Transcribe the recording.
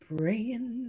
Praying